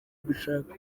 gushaka